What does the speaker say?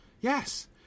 Yes